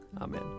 Amen